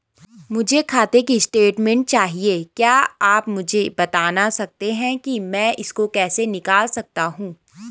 मुझे खाते की स्टेटमेंट चाहिए क्या आप मुझे बताना सकते हैं कि मैं इसको कैसे निकाल सकता हूँ?